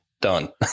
done